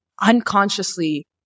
unconsciously